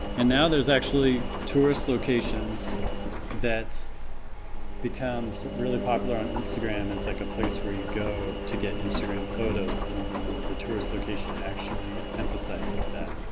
and now there's actually tourist locations that become so really popular on instagram is like a place where you go to get instagram photos and then the tourist location actually emphasizes that